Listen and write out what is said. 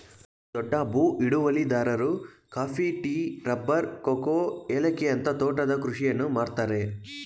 ದೊಡ್ಡ ಭೂ ಹಿಡುವಳಿದಾರರು ಕಾಫಿ, ಟೀ, ರಬ್ಬರ್, ಕೋಕೋ, ಏಲಕ್ಕಿಯಂತ ತೋಟದ ಕೃಷಿಯನ್ನು ಮಾಡ್ತರೆ